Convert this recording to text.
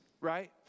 right